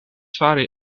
fari